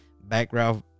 background